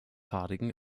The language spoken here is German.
haarigen